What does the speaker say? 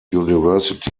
university